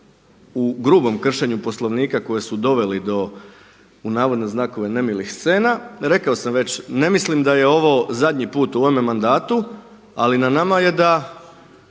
u grubom kršenju Poslovnika koji su doveli do „nemilih scena.“ Rekao sam već ne mislim da je ovo zadnji put u ovome mandatu ali na nama je da